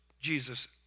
Jesus